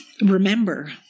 remember